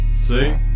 See